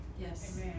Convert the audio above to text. Yes